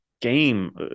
game